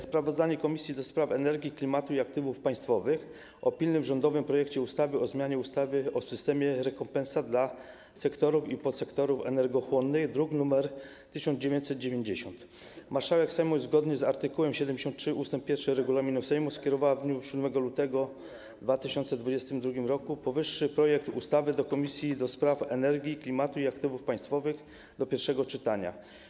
Sprawozdanie Komisji do Spraw Energii, Klimatu i Aktywów Państwowych o pilnym rządowym projekcie ustawy o zmianie ustawy o systemie rekompensat dla sektorów i podsektorów energochłonnych, druk nr 1990. Marszałek Sejmu, zgodnie z art. 73 ust. 1 regulaminu Sejmu, skierowała w dniu 7 lutego 2022 r. powyższy projekt ustawy do Komisji do Spraw Energii, Klimatu i Aktywów Państwowych do pierwszego czytania.